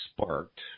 sparked